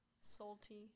Salty